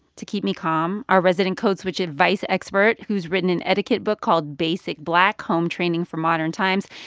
to keep me calm, our resident code switch advice expert who's written an etiquette book called basic black home training for modern times.